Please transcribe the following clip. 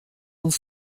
uns